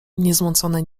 niezmącone